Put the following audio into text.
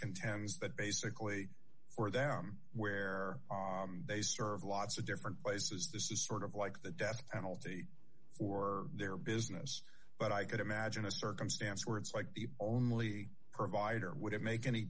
contends that basically for them where they serve lots of different places this is sort of like the death penalty for their business but i could imagine a circumstance where it's like the only provider would it make any